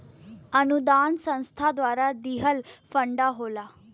अनुदान संस्था द्वारा दिहल फण्ड होला